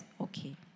Okay